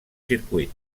circuit